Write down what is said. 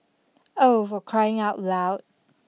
oh for crying out loud